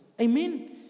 Amen